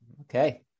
Okay